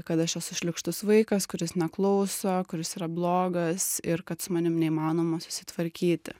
kad aš esu šlykštus vaikas kuris neklauso kuris yra blogas ir kad su manim neįmanoma susitvarkyti